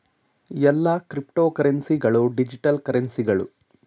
ಎಲ್ಲಾ ಕ್ರಿಪ್ತೋಕರೆನ್ಸಿ ಗಳು ಡಿಜಿಟಲ್ ಕರೆನ್ಸಿಗಳು